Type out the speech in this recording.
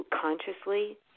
consciously